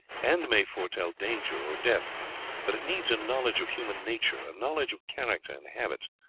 and may foretell danger or death but it needs a knowledge of human nature, a knowledge of character and habits,